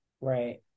right